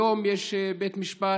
היום יש דיון בבית המשפט.